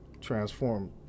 transform